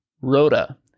Rhoda